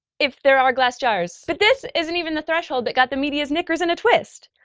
if there are glass jars. but this isn't even the threshold that got the media's knickers in a twist.